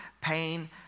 pain